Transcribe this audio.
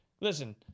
Listen